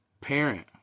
parent